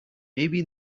maybe